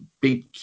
big